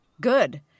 good